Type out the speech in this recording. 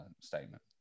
statement